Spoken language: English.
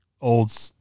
old